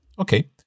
Okay